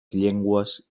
llengües